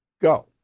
Go